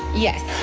yes,